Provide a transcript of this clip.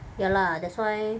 ya lah that's why